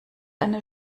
eine